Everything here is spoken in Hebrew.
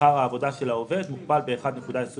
שכר העבודה של העובד מוכפל ב-1.25